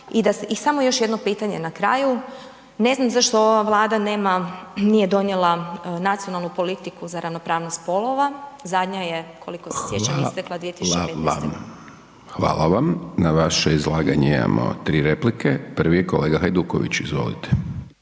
I samo još jedno pitanje na kraju. Ne znam zašto ova Vlada nema, nije donijela nacionalnu politiku za ravnopravnost spolova, zadnja je koliko se sjećam …/Upadica: Hvala vam./… istekla 2015. **Hajdaš Dončić, Siniša (SDP)** Hvala vam. Na vaše izlaganje imamo 3 replike. Prvi je kolega Hajduković. Izvolite.